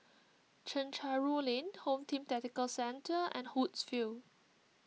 Chencharu Lane Home Team Tactical Centre and Woodsville